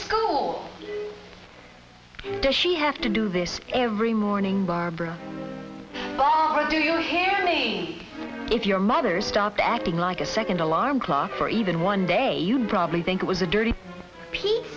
go does she have to do this every morning barbara or do your hair me if your mother stopped acting like a second alarm clock for even one day you'd probably think it was a dirty pe